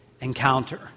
encounter